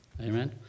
amen